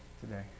today